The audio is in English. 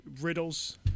riddles